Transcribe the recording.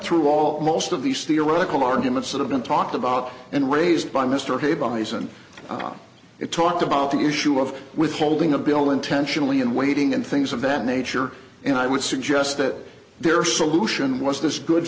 through all most of these theoretical arguments that have been talked about and raised by mr hay bison about it talked about the issue of withholding a bill intentionally and waiting and things of that nature and i would suggest that their solution and was this good